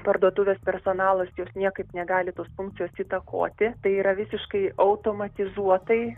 parduotuvės personalas jos niekaip negali tos funkcijos įtakoti tai yra visiškai automatizuotai